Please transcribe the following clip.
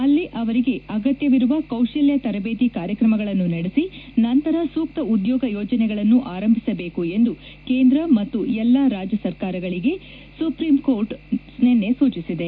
ಅಲ್ಲಿ ಅವರಿಗೆ ಅಗತ್ಯವಿರುವ ಕೌಶಲ್ಯ ತರಬೇತಿ ಕಾರ್ಯಕ್ರಮಗಳನ್ನು ನಡೆಸಿ ನಂತರ ಸೂಕ್ತ ಉದ್ಯೋಗ ಯೋಜನೆಗಳನ್ನು ಆರಂಭಿಸಬೇಕು ಎಂದು ಕೇಂದ್ರ ಮತ್ತು ಎಲ್ಲಾ ರಾಜ್ಯ ಸರ್ಕಾರಗಳಿಗೆ ಸುಪ್ರೀಂಕೋರ್ಟ್ ಸೂಚಿಸಿದೆ